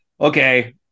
Okay